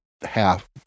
half